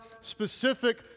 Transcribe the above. specific